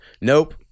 Nope